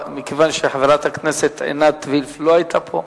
מכיוון שחברת הכנסת עינת וילף לא היתה פה,